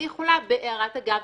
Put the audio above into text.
אני יכולה בהערת אגב,